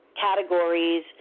Categories